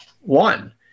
one